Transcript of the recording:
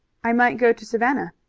i might go to savannah.